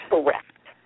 Correct